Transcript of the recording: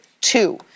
two